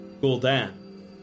Gul'dan